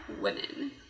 women